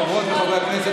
חברות וחברי הכנסת,